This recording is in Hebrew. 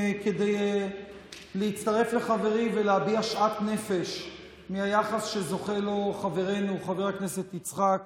כדי להצטרף לחברי ולהביע שאט נפש מהיחס שזוכה לו חברנו חבר הכנסת יצחק